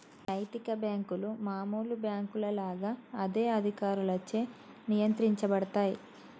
నైతిక బ్యేంకులు మామూలు బ్యేంకుల లాగా అదే అధికారులచే నియంత్రించబడతయ్